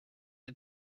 had